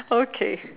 okay